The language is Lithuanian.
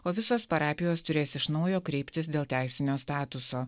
o visos parapijos turės iš naujo kreiptis dėl teisinio statuso